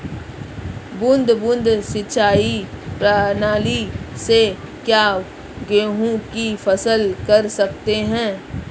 बूंद बूंद सिंचाई प्रणाली से क्या गेहूँ की फसल कर सकते हैं?